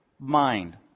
mind